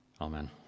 Amen